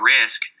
risk